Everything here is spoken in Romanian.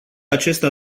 acesta